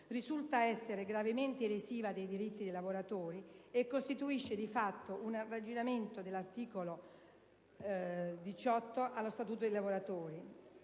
risulta essere gravemente lesiva dei diritti dei lavoratori e costituisce di fatto un aggiramento dell'articolo 18 dello Statuto dei lavoratori.